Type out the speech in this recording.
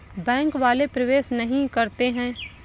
Bank वाले प्रवेश नहीं करते हैं?